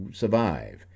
survive